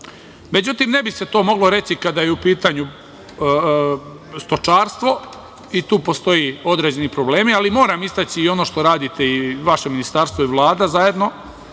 Međutim, ne bi se to moglo reći kada je u pitanju stočarstvo i tu postoje određeni problemi, ali moram istaći i ono što radite i vaše ministarstvo i Vlada zajedno,